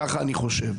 ככה אני חושב.